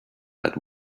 that